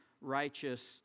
righteous